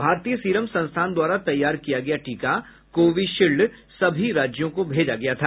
भारतीय सीरम संस्थान द्वारा तैयार किया गया टीका कोविशील्ड सभी राज्यों को भेजा गया था